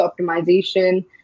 optimization